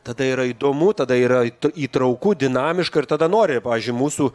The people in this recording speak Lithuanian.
tada yra įdomu tada yra įtrauku dinamiška ir tada nori pavyzdžiui mūsų